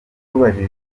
tumubajije